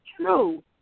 true